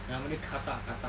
nama dia kata kata